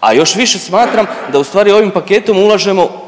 a još više smatram da ustvari ovim paketom ulažemo